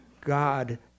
God